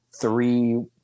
three